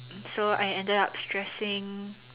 so I ended up stressing